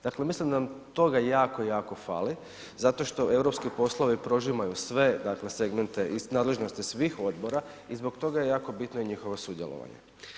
Dakle, mislim da nam toga jako, jako fali zato što europski poslovi prožimaju sve, dakle segmente iz nadležnosti svih odbora i zbog toga je jako bitno i njihovo sudjelovanje.